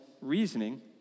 reasoning